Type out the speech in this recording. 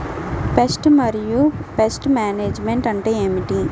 Pest మరియు pest management అంటే ఏమిటి?